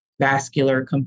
vascular